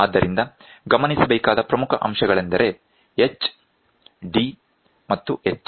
ಆದ್ದರಿಂದ ಗಮನಿಸಬೇಕಾದ ಪ್ರಮುಖ ಅಂಶಗಳೆಂದರೆ H d ಮತ್ತು h